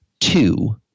two